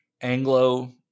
Anglo